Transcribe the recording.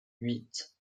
huit